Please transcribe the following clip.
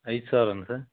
ಐದು ಸಾವಿರನ ಸರ್